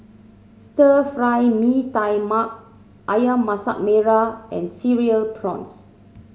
Stir Fry Mee Tai Mak Ayam Masak Merah and Cereal Prawns